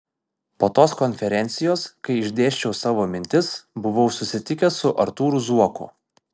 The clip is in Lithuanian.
po tos konferencijos kai išdėsčiau tas mintis buvau susitikęs su artūru zuoku